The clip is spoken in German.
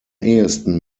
ehesten